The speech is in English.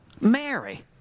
Mary